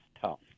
tough